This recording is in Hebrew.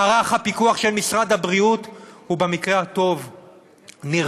מערך הפיקוח של משרד הבריאות הוא במקרה הטוב נרפה,